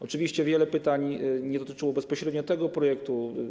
Oczywiście wiele pytań nie dotyczyło bezpośrednio tego projektu.